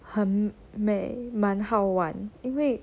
很美蛮好玩因为